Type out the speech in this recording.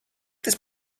this